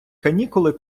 канікули